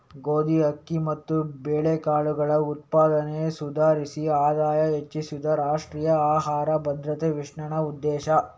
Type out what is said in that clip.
ಗೋಧಿ, ಅಕ್ಕಿ ಮತ್ತು ಬೇಳೆಕಾಳುಗಳ ಉತ್ಪಾದನೆ ಸುಧಾರಿಸಿ ಆದಾಯ ಹೆಚ್ಚಿಸುದು ರಾಷ್ಟ್ರೀಯ ಆಹಾರ ಭದ್ರತಾ ಮಿಷನ್ನ ಉದ್ದೇಶ